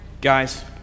Guys